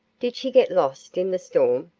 did she get lost in the storm?